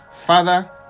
father